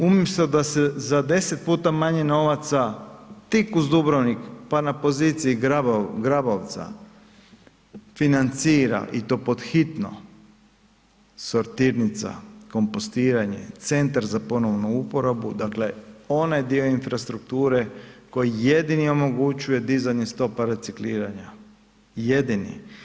Umjesto da se za 10 puta manje novaca tik uz Dubrovnik pa na poziciji Grabovca financira i to pod hitno sortirnica, kompostiranje, centar za ponovnu uporabu, dakle onaj dio infrastrukture koji jedini omogućuje dizanje stopa recikliranja, jedini.